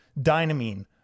dynamine